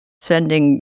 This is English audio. sending